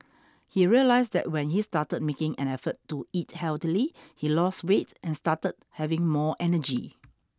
he realised that when he started making an effort to eat healthily he lost weight and started having more energy